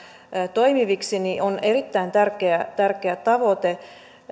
toimiviksi on erittäin tärkeä tärkeä tavoite